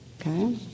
Okay